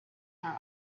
her